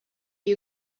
you